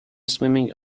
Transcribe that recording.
swimming